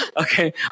Okay